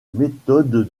méthode